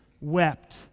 wept